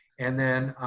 and then,